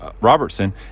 Robertson